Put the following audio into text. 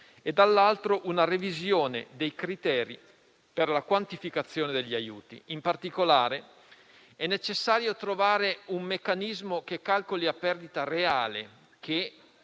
e, dall'altro, una revisione dei criteri per la quantificazione degli aiuti. In particolare è necessario trovare un meccanismo che calcoli la perdita reale,